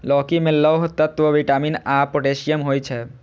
लौकी मे लौह तत्व, विटामिन आ पोटेशियम होइ छै